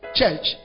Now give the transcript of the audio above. church